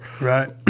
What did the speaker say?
right